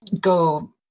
go